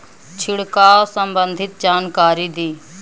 छिड़काव संबंधित जानकारी दी?